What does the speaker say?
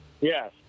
Yes